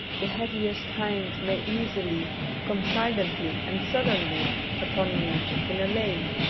the heaviest hind may easily come silently and suddenly upon me in a lane.